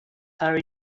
are